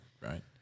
right